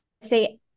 say